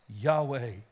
Yahweh